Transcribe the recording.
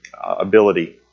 ability